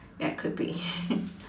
that could be